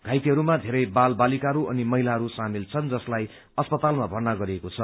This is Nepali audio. घाइतेहरूमा धेरै बाल बालिकाहरू अनि महिलाहरू सामेल छन् जसलाई अस्पतालमा भर्ना गरिएको छ